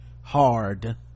hard